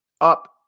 up